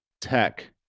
tech